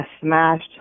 smashed